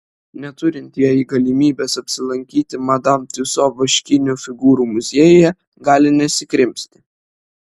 neturintieji galimybės apsilankyti madam tiuso vaškinių figūrų muziejuje gali nesikrimsti